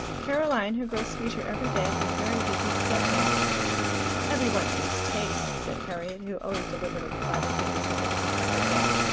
caroline, who grows sweeter every day, is very busy sketching every one to his taste! said harriet, who always delivered a platitude as if it was an epigram.